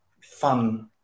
fun